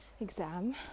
exam